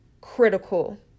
critical